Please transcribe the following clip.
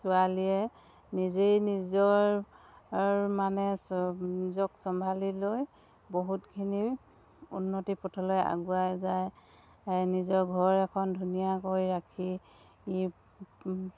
ছোৱালীয়ে নিজেই নিজৰ মানে নিজক চম্ভালি লৈ বহুতখিনি উন্নতি পথলৈ আগুৱাই যায় নিজৰ ঘৰ এখন ধুনীয়াকৈ ৰাখি